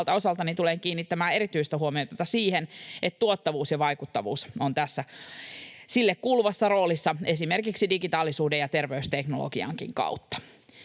osaltani tulen kiinnittämään erityistä huomiota siihen, että tuottavuus ja vaikuttavuus ovat tässä niille kuuluvassa roolissa esimerkiksi digitaalisuuden ja terveysteknologiankin kautta.